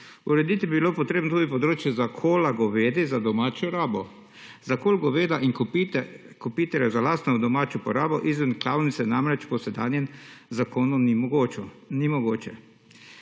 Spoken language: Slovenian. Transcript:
Urediti bi bilo potrebno tudi področje zakola govedi za domačo rabo. Zakol goveda in kopitarjev za lastno domačo uporabo izven klavnice namreč po sedanjem zakonu ni mogoče,